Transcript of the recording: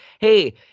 hey